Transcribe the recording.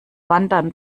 wandern